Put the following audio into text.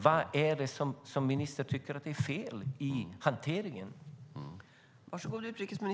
Jag undrar vad ministern menar är felet i hanteringen.